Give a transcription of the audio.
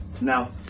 Now